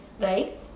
right